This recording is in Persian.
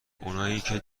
اوناکه